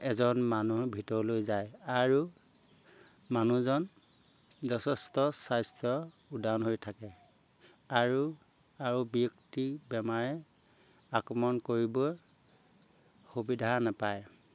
এজন মানুহ ভিতৰলৈ যায় আৰু মানুহজন যথেষ্ট স্বাস্থ্য উদাহৰণ হৈ থাকে আৰু আৰু ব্যক্তি বেমাৰে আক্ৰমণ কৰিব সুবিধা নাপায়